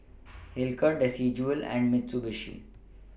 Hilker Desigual and Mitsubishi